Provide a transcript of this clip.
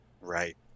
Right